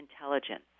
intelligence